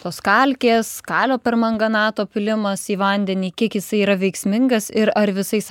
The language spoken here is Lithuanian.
tos kalkės kalio permanganato pylimas į vandenį kiek jisai yra veiksmingas ir ar visais